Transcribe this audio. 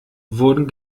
wurden